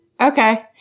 Okay